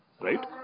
right